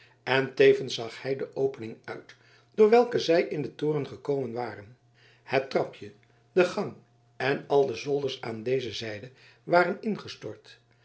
en tevens zag hij de opening uit door welke zij in den toren gekomen waren het trapje de gang en al de zolders aan deze zijde waren ingestort